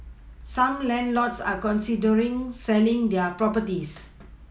some landlords are considering selling their properties